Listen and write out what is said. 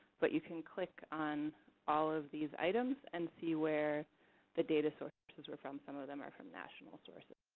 but you can click on all of these items and see where the data sources are from. some of them are from national sources.